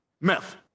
Meth